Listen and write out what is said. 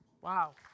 Wow